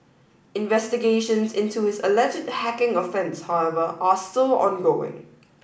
investigations into his alleged hacking offence however are still ongoing